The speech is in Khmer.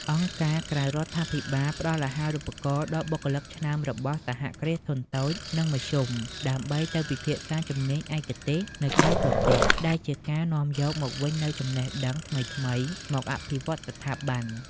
អង្គការក្រៅរដ្ឋាភិបាលផ្ដល់អាហារូបករណ៍ដល់បុគ្គលិកឆ្នើមរបស់ សហគ្រាសធុនតូច និងមធ្យម ដើម្បីទៅសិក្សាជំនាញឯកទេសនៅក្រៅប្រទេស ដែលជាការនាំយកមកវិញនូវចំណេះដឹងថ្មីៗមកអភិវឌ្ឍស្ថាប័ន។